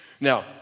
Now